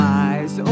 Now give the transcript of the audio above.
eyes